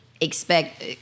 expect